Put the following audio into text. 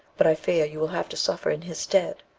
but i fear you will have to suffer in his stead.